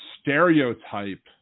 stereotype